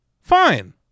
Fine